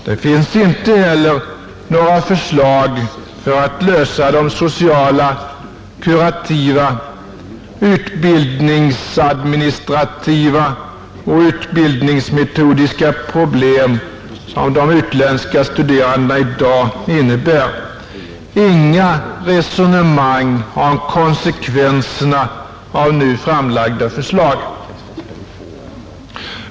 Det finns inte heller några förslag för att lösa de sociala, kurativa, utbildningsadministrativa och utbildningsmetodiska problem som de utländska studerandena i dag innebär, inga resonemang om konsekvenserna av nu framlagda förslag.